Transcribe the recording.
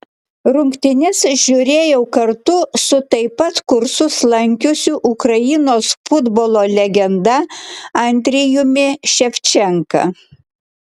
rungtynes žiūrėjau kartu su taip pat kursus lankiusiu ukrainos futbolo legenda andrijumi ševčenka